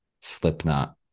Slipknot